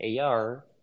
AR